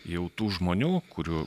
jau tų žmonių kurių